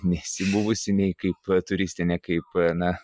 nesi buvusi nei kaip turistinė nei kaip na